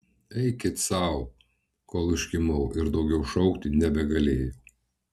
eikit sau kol užkimau ir daugiau šaukti nebegalėjau